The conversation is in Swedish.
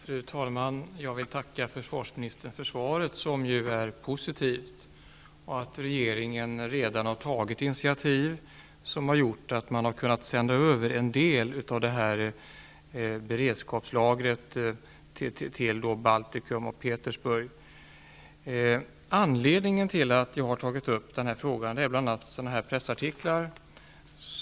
Fru talman! Jag vill tacka försvarsministern för svaret. Det är ju positivt att regeringen redan har tagit initiativ, som har gjort att man har kunnat sända över en del av beredskapslagret till Baltikum och S:t Petersburg. Anledningen till att jag har tagit upp den här frågan är bl.a. en del pressartiklar.